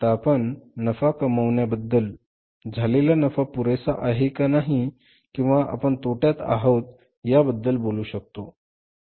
आता आपण नफा कामावण्याबद्दल झालेला नफा पुरेसा आहे कि नाही किंवा आपण तोट्यात आहोत या बद्दल बोलू शकतो